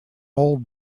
old